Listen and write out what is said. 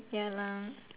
ya lah